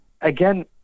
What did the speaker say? Again